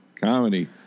Comedy